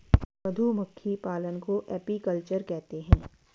मधुमक्खी पालन को एपीकल्चर कहते है